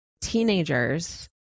teenagers